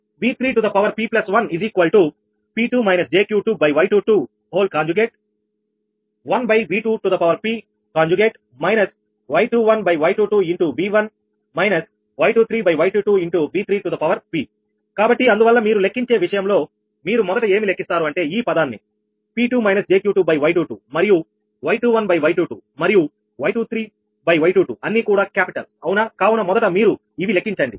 V3p1 P2 jQ2Y22 1 V1 V3 కాబట్టి అందువల్ల మీరు లెక్కించే విషయంలో మీరు మొదట ఏమి లెక్కిస్తారు అంటే ఈ పదాన్ని P2 jQ2Y22మరియు Y21Y22 మరియు Y23Y22 అన్నీ కూడా క్యాపిటల్ అవునా కావున మొదట మీరు లెక్కించండి